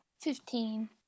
Fifteen